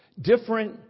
different